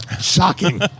Shocking